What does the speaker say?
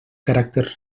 caràcter